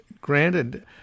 granted